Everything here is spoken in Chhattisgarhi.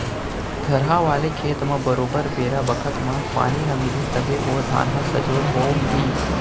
थरहा वाले खेत म बरोबर बेरा बखत म पानी ह मिलही तभे ओ धान ह सजोर हो ही